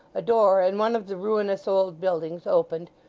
a door in one of the ruinous old buildings opened,